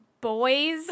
boys